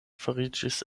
fariĝis